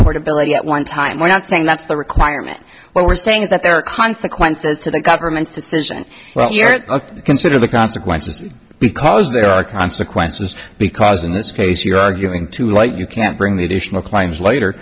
deport ability at one time we're not saying that's the requirement what we're saying is that there are consequences to the government's decision to consider the consequences because there are consequences because in this case you're arguing to light you can bring the additional claims later